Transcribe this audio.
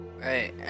Right